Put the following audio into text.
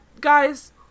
guys